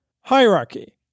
hierarchy